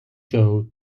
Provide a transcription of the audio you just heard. jaw